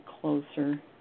closer